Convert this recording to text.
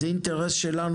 זה אינטרס שלנו,